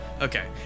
Okay